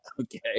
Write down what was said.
Okay